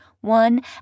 one